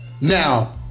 Now